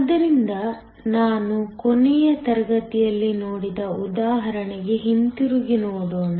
ಆದ್ದರಿಂದ ನಾವು ಕೊನೆಯ ತರಗತಿಯಲ್ಲಿ ನೋಡಿದ ಉದಾಹರಣೆಗೆ ಹಿಂತಿರುಗಿ ನೋಡೋಣ